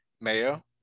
mayo